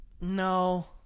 No